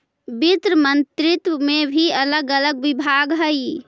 वित्त मंत्रित्व में भी अलग अलग विभाग हई